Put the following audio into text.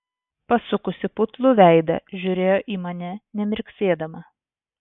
pasukusi putlų veidą žiūrėjo į mane nemirksėdama